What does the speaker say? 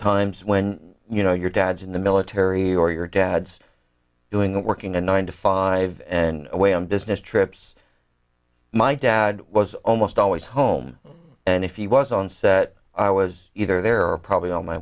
times when you know your dad's in the military or your dad's doing working a nine to five and away on business trips my dad was almost always home and if he was on set i was either there or probably on my